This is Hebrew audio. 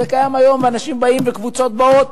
זה קיים היום, ואנשים באים וקבוצות באות.